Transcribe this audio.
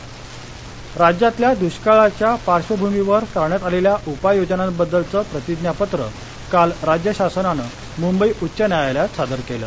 दष्काळ राज्यातल्या दुष्काळाच्या पार्श्वभूमीवर करण्यात आलेल्या उपययोजनांबद्दलचं प्रतिज्ञापत्र काल राज्य शासनानं मुंबई उच्च न्यायालयात सादर केलं